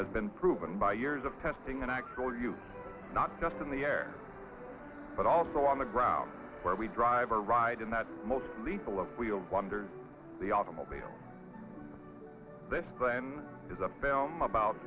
has been proven by years of testing and act for you not just in the air but also on the ground where we drive or ride in that most lethal of wheel go under the automobile this is a bell about